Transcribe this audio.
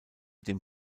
dem